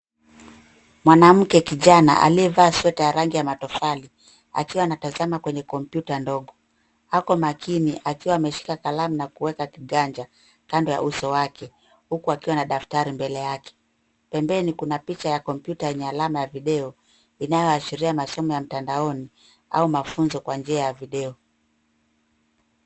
Mwanamke kijana aliyevaa sweta ya rangi ya matofali akiwa anatazama kwenye kompyuta ndogo. Ako makini akiwa ameshika kalamu na kuweka kiganja kando ya uso wake huku akiwa na daftari mbele yake. Pembeni kuna picha ya kompyuta yenye alama ya video inayoashiria masomo ya mtandaoni au mafunzo kwa njia ya video.